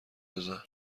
بزن